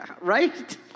right